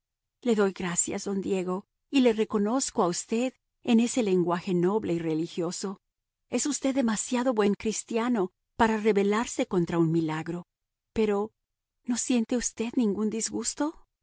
le doy las gracias don diego y le reconozco a usted en ese lenguaje noble y religioso es usted demasiado buen cristiano para rebelarse contra un milagro pero no siente usted ningún disgusto